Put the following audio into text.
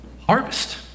Harvest